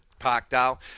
Parkdale